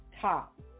top